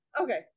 okay